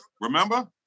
Remember